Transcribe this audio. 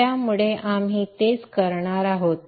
त्यामुळे आपण तेच करणार आहोत